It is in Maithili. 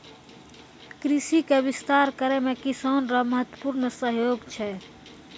कृषि के विस्तार करै मे किसान रो महत्वपूर्ण सहयोग छै